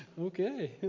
Okay